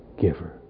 giver